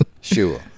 sure